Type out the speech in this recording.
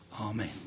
Amen